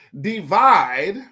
Divide